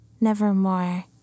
nevermore